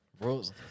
Rules